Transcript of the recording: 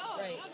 Right